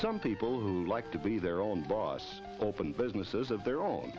some people who like to be their own boss opened businesses of their own